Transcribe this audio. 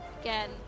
Again